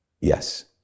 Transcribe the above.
Yes